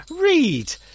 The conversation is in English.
read